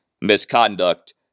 misconduct